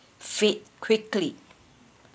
fade quickly